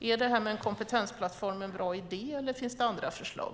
Är det här med en kompetensplattform en bra idé, eller finns det andra förslag?